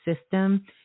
system